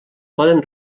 poden